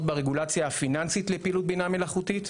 ברגולציה הפיננסית לפעילות בינה מלאכותית.